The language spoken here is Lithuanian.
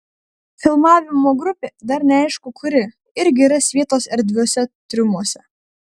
filmavimo grupė dar neaišku kuri irgi ras vietos erdviuose triumuose